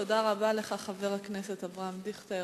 תודה רבה לך, חבר הכנסת אברהם דיכטר.